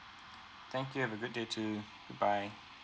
thank you have a good day too goodbye